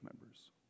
members